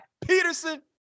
Peterson